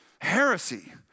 heresy